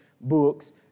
books